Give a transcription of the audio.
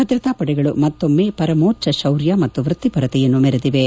ಭದ್ರತಾ ಪಡೆಗಳು ಮತ್ತೊಮ್ಮೆ ಪರಮೋಚ್ವ ಶೌರ್ಯ ಮತ್ತು ವೃತ್ತಿಪರತೆಯನ್ನು ಮೆರೆದಿವೆ